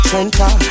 Center